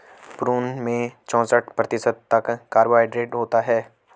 prune में चौसठ प्रतिशत तक कार्बोहायड्रेट होता है